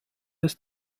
des